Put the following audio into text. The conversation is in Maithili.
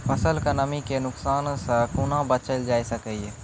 फसलक नमी के नुकसान सॅ कुना बचैल जाय सकै ये?